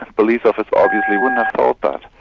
police officer obviously wouldn't have thought that.